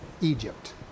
Egypt